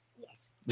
Yes